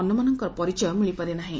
ଅନ୍ୟମାନଙ୍କ ପରିଚୟ ମିଳିପାରିନାହିଁ